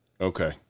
Okay